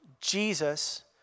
Jesus